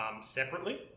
separately